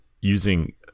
using